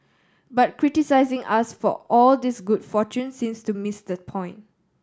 but criticising us for all this good fortune seems to miss the point